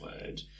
word